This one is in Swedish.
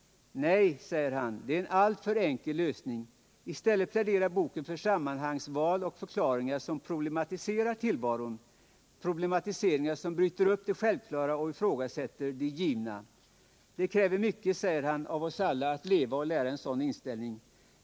Nej, det är en alltför enkel lösning.” I stället pläderar boken för sammanhangsval och förklaringar som problematiserar tillvaron — problematiseringar som bryter upp det ”självklara” och ifrågasätter det ”givna”. ”Det kräver mycket av oss alla att leva och lära en sådan inställning.